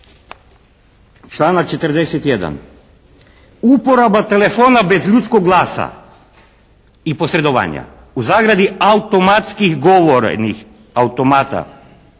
Članak 41. Uporaba telefona bez ljudskog glasa i posredovanja (automatskih govornih automata)